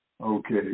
Okay